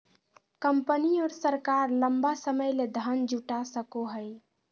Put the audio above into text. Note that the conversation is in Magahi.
कंपनी और सरकार लंबा समय ले धन जुटा सको हइ